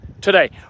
today